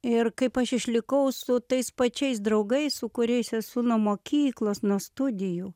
ir kaip aš išlikau su tais pačiais draugais su kuriais esu nuo mokyklos nuo studijų